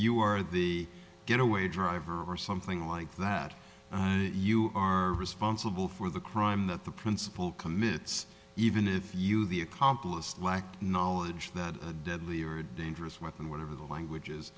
you are the getaway driver or something like that you are responsible for the crime that the principal commits even if you the accomplice lack knowledge that a deadly or dangerous weapon whatever the language